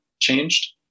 changed